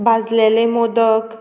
भाजलेले मोदक